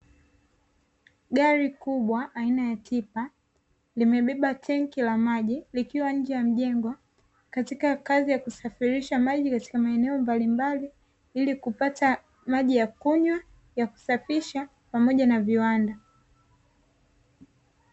Gari kubwa aina ya tipa limebeba tenki la maji likiwa nje ya mjengo, katika kazi ya kusafirisha maji katika maeneo mbali mbali ili kupata maji yakunywa, yakusafisha pamoja na viwanda.